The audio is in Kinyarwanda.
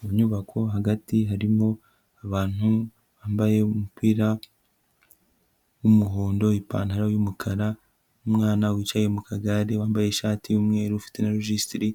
Mu nyubako hagati harimo abantu bambaye umupira w'umuhondo, ipantaro y'umukara n'umwana wicaye mu kagare wambaye ishati y'umweru ufite na registri,